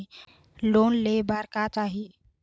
Loan ले बार का चाही?